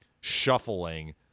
shuffling